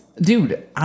Dude